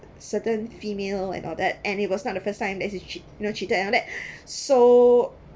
certain female and all that and it was not the first time that he's chea~ cheated and all that so